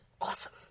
awesome